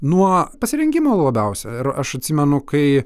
nuo pasirengimo labiausia ir aš atsimenu kai